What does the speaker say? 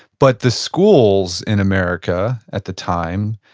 but the schools in america at the time,